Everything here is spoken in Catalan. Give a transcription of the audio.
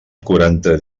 quaranta